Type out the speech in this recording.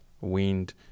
wind